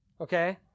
Okay